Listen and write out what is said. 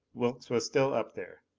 wilks was still up there.